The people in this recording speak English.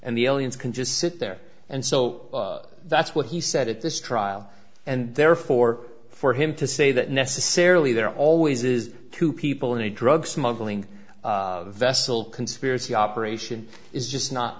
and the aliens can just sit there and so that's what he said at this trial and therefore for him to say that necessarily there always is two people in a drug smuggling vessel conspiracy operation is just not